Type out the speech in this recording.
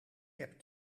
heb